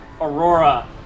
Aurora